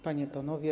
Panie i Panowie!